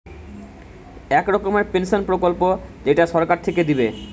এক রকমের পেনসন প্রকল্প যেইটা সরকার থিকে দিবে